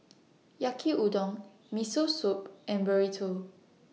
Yaki Udon Miso Soup and Burrito